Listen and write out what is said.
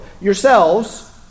yourselves